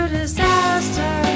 disaster